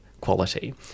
quality